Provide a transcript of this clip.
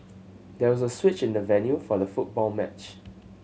there was a switch in the venue for the football match